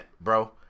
bro